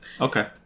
Okay